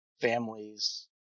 families